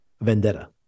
vendetta